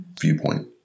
viewpoint